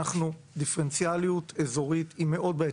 אנחנו, דיפרנציאליות אזורית היא מאוד בעייתית.